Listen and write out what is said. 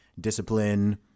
discipline